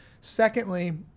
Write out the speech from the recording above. Secondly